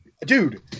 Dude